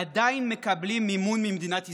עדיין מקבלים מימון ממדינת ישראל.